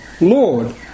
lord